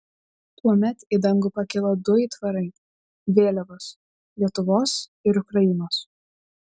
tuomet į dangų pakilo du aitvarai vėliavos lietuvos ir ukrainos